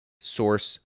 source